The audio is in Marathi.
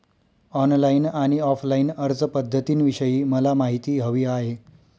ऑनलाईन आणि ऑफलाईन अर्जपध्दतींविषयी मला माहिती हवी आहे